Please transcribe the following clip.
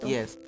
Yes